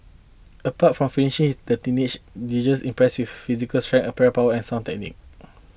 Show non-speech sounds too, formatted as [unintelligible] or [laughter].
apart from finishing the teenager [unintelligible] impressed with his physical strength aerial power and sound technique